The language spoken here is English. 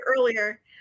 earlier